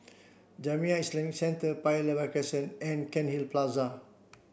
Jamiyah Islamic Centre Paya Lebar Crescent and Cairnhill Plaza